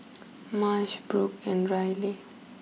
Marsh Brock and Riley